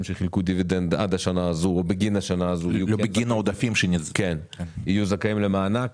שחילקו דיבידנד עד השנה הזו עד בגין השנה הזו יהיו זכאים למענק.